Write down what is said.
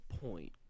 point